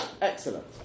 Excellent